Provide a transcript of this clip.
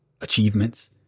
achievements